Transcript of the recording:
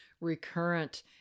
recurrent